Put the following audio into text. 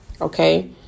Okay